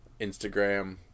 Instagram